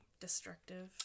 destructive